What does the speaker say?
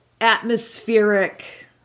atmospheric